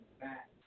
back